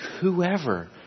whoever